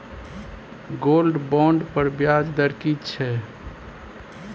Gold bond पर ब्याज दर की छै?